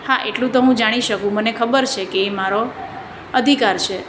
હા એટલું તો હું જાણી શકું મને ખબર છે કે એ મારો અધિકાર છે